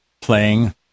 playing